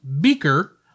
Beaker